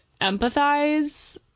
empathize